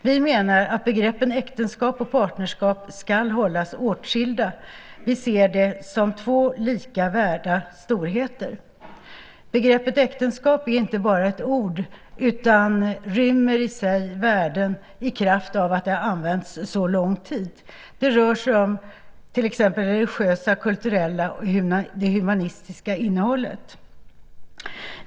Vi menar att begreppen äktenskap och partnerskap ska hållas åtskilda. Vi ser det som två lika värda storheter. Begreppet äktenskap är inte bara ett ord, utan det rymmer i sig värden i kraft av att det har använts så lång tid. Det rör sig om till exempel det religiösa, kulturella och humanistiska innehållet.